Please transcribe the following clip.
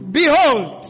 behold